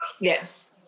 Yes